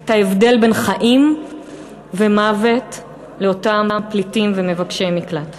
את ההבדל בין חיים ומוות לאותם פליטים ומבקשי מקלט.